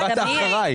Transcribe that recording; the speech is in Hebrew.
כי באת אחריי.